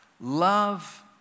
Love